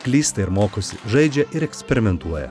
klysta ir mokosi žaidžia ir eksperimentuoja